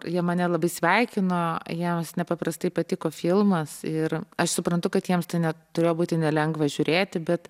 jie mane labai sveikino jiems nepaprastai patiko filmas ir aš suprantu kad jiems tai ne turėjo būti nelengva žiūrėti bet